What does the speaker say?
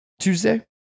Tuesday